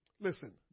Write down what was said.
Listen